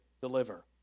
deliver